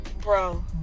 Bro